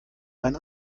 ein